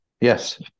yes